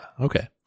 okay